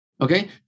Okay